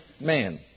man